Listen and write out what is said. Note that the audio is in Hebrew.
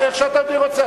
איך שאדוני רוצה.